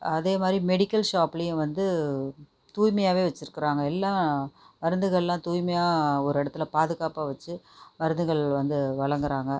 அதே மாதிரி மெடிக்கல் ஷாப்லேயும் வந்து தூய்மையாவே வச்சுருக்குறாங்க எல்லாம் மருத்துக்களெலாம் தூய்மையாக ஒரு இடத்தில் பாதுகாப்பாக வச்சு மருந்துகள் வந்து வழங்கிறாங்க